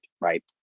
right